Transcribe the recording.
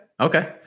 Okay